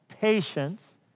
patience